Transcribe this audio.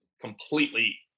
completely